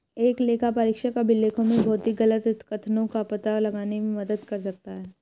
एक लेखापरीक्षक अभिलेखों में भौतिक गलत कथनों का पता लगाने में मदद कर सकता है